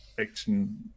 action